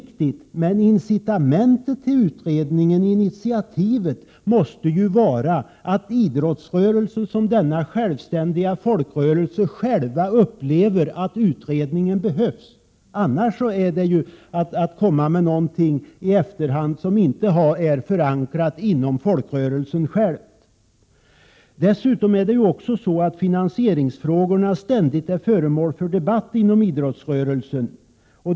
Ja, men incitamentet till en utredning måste vara att idrottsrörelsen, som den självständiga folkrörelse den är, upplever att en utredning behövs. Något annat skulle innebära att vi kom med någonting som inte är förankrat i denna folkrörelse. Dessutom är finansieringsfrågorna ständigt föremål för debatt inom rörelsen.